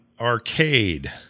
Arcade